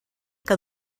que